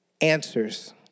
answers